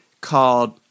called